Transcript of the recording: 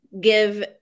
give